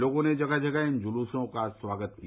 लोगों ने जगह जगह इन जुलुसो का स्वागत किया